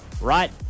right